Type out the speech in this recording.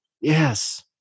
yes